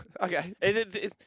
Okay